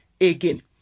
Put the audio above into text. again